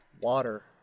water